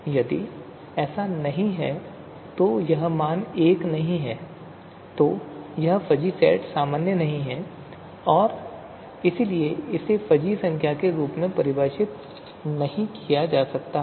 यदि ऐसा नहीं है यदि मान 1 नहीं है तो यह फ़ज़ी सेट सामान्य नहीं है और इसलिए इसे फ़ज़ी संख्या के रूप में परिभाषित नहीं किया जा सकता है